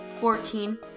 Fourteen